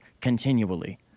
continually